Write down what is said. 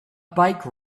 bike